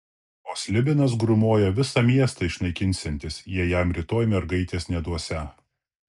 o slibinas grūmoja visą miestą išnaikinsiantis jei jam rytoj mergaitės neduosią